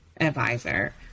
advisor